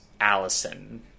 Allison